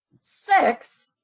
Six